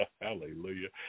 Hallelujah